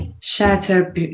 shatter